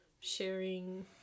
sharing